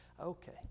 Okay